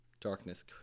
Darkness